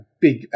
big